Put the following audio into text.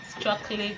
chocolate